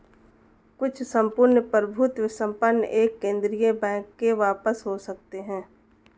कुछ सम्पूर्ण प्रभुत्व संपन्न एक केंद्रीय बैंक के पास हो सकते हैं